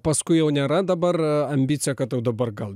paskui jau nėra dabar ambicija kad jau dabar gal